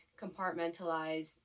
compartmentalize